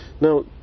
now